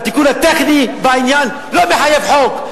התיקון הטכני בעניין לא מחייב חוק".